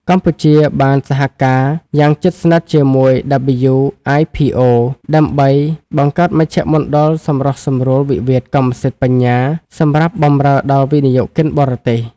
កម្ពុជាបានសហការយ៉ាងជិតស្និទ្ធជាមួយ WIPO ដើម្បីបង្កើតមជ្ឈមណ្ឌលសម្រុះសម្រួលវិវាទកម្មសិទ្ធិបញ្ញា សម្រាប់បម្រើដល់វិនិយោគិនបរទេស។